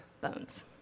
bones